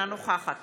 אינה נוכחת